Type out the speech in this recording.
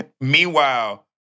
Meanwhile